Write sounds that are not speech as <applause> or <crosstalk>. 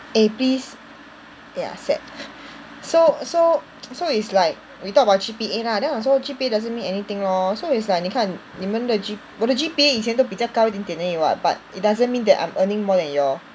eh please !aiya! sad so so <noise> so it's like we talked about G_P_A lah then also G_P_A doesn't mean anything lor so it's like 你看你们的 G~ 我的 G_P_A 以前都比较高一点点而已 [what] but it doesn't mean that I'm earning more than you all